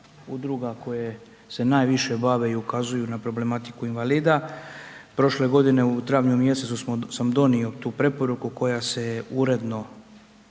udruga koje se najviše bave i ukazuju na problematiku invalida, prošle godine u travnju mjesecu dok sam donio tu preporuku koja se uredno